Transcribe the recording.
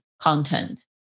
content